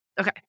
Okay